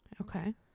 Okay